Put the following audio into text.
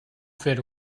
fer